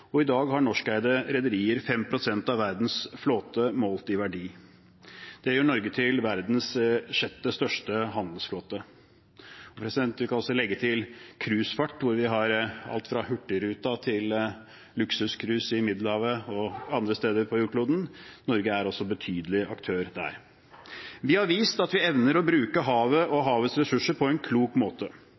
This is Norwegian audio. og i dag har norskeide rederier 5 pst. av verdens flåte, målt i verdi. Det gjør Norge til verdens sjette største handelsflåte. Vi kan også legge til cruisefart, hvor vi har alt fra Hurtigruten til luksuscruise i Middelhavet og andre steder på jordkloden. Norge er også en betydelig aktør der. Vi har vist at vi evner å bruke havet og havets ressurser på en klok måte